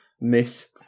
miss